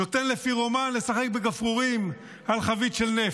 נותן לפירומן לשחק בגפרורים על חבית של נפט.